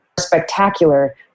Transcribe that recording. spectacular